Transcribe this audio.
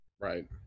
Right